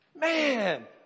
man